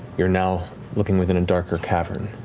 you're now looking within a darker cavern.